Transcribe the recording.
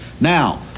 Now